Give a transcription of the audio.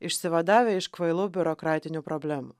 išsivadavę iš kvailų biurokratinių problemų